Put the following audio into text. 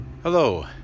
Hello